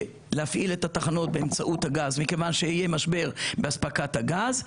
להפעיל את התחנות באמצעות הגז מכיוון שיהיה משבר באספקת הגז,